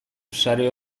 sare